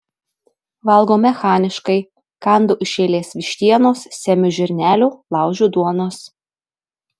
valgau mechaniškai kandu iš eilės vištienos semiu žirnelių laužiu duonos